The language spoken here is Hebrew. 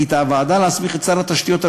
החליטה הוועדה להסמיך את שר התשתיות הלאומיות,